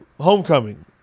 homecoming